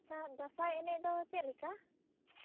ᱟᱪᱷᱟ ᱫᱟᱸᱥᱟᱭ ᱮᱱᱮᱡ ᱫᱚ ᱪᱮᱫ ᱞᱮᱠᱟ